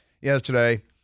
yesterday